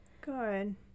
Good